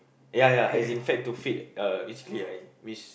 ya ya as in fat to fit uh basically I mis~